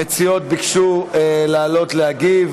המציעות ביקשו לעלות להגיב.